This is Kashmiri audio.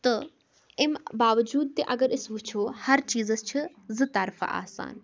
تہٕ اَمہِ باؤجوٗد تہِ اگر أسۍ وُچھو ہر چیٖزَس چھِ زٕ طرفہٕ آسان